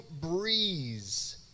breeze